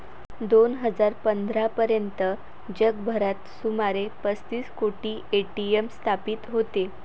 दोन हजार पंधरा पर्यंत जगभरात सुमारे पस्तीस कोटी ए.टी.एम स्थापित होते